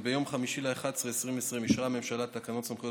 ביום 5 בנובמבר 2020 אישרה הממשלה תקנות סמכויות